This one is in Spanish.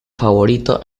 favorito